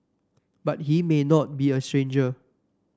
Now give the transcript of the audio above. but he may not be a stranger